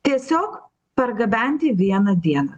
tiesiog pargabenti vieną dieną